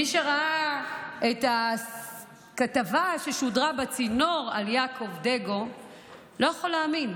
מי שראה את הכתבה ששודרה בצינור על יעקב דגו לא יכול להאמין.